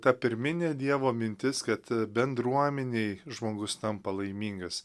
ta pirminė dievo mintis kad a bendruomenėj žmogus tampa laimingas